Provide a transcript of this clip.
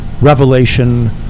revelation